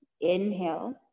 inhale